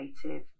creative